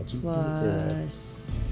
plus